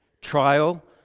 Trial